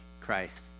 christ